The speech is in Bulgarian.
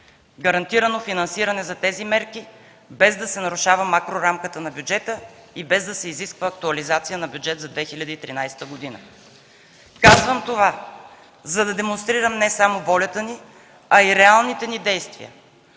гарантирано финансиране за тези мерки без да се нарушава макрорамката на бюджета и без да се изисква актуализация на бюджета за 2013 г. Казвам това, за да демонстрирам не само волята ни, а и реалните ни действия,